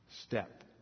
step